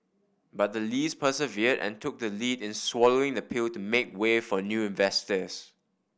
but the Lees persevered and took the lead in swallowing the pill to make way for new investors